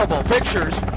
pictures.